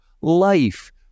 life